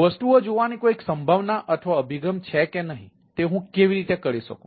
વસ્તુઓ જોવાની કોઈ સંભાવના અથવા અભિગમ છે કે નહીં તે હું કેવી રીતે કરી શકું